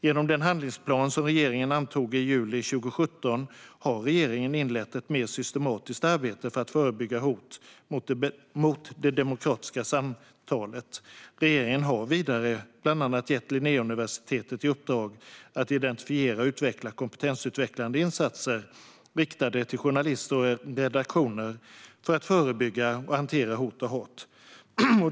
Genom den handlingsplan som regeringen antog i juli 2017 har regeringen inlett ett mer systematiskt arbete för att förebygga hot mot det demokratiska samtalet. Regeringen har vidare bland annat gett Linnéuniversitetet i uppdrag att identifiera och utveckla kompetensutvecklande insatser riktade till journalister och redaktioner för att förebygga och hantera hot och hat.